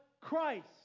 Christ